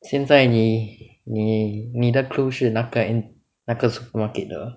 现在你你你的 clue 是那个那个 supermarket 的